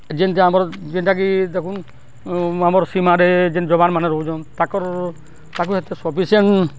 ଯେନ୍ତା ଆମର୍ ଯେନ୍ତାକି ଦେଖୁନ୍ ଆମର୍ ସୀମାରେ ଯେନ୍ ଜବାନମାନଏ ରହୁଚନ୍ ତାଙ୍କର୍ ତାକୁ ଏତେ ସଫିସିଏଣ୍ଟ୍